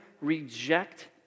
reject